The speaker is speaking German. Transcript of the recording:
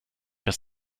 das